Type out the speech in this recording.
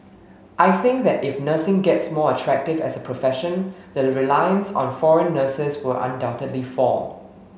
I think that if nursing gets more attractive as a profession the reliance on foreign nurses will undoubtedly fall